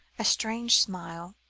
a strange smile,